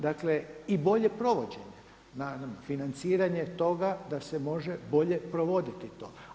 Dakle i bolje provođenje, naravno financiranje toga da se može bolje provoditi to.